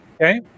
Okay